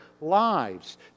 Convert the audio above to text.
lives